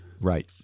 Right